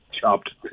chopped